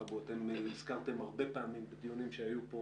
אבו, אתם הזכרתם הרבה פעמים בדיונים שהיו פה